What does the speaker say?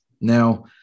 Now